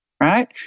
right